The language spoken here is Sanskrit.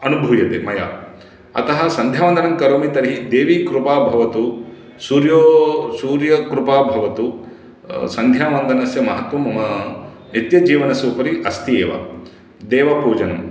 अनुभूयते मया अतः सन्ध्यावन्दनं करोमि तर्हि देवीकृपा भवतु सूर्यो सूर्यकृपा भवतु सन्ध्यावन्दनस्य महत्त्वं मम नित्यजीवनस्य उपरि अस्ति एव देवपूजनम्